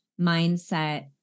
mindset